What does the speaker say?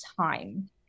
time